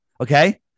okay